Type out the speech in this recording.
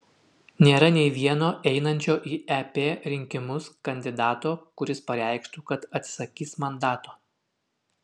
nėra nei vieno einančio į ep rinkimus kandidato kuris pareikštų kad atsisakys mandato